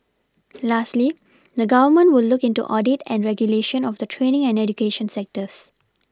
lastly the Government will look into audit and regulation of the training and education sectors